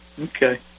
Okay